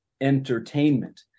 entertainment